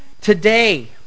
today